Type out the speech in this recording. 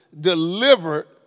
delivered